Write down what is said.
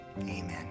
amen